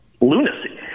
lunacy